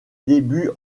débuts